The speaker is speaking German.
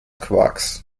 quarks